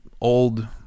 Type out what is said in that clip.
old